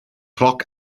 cloc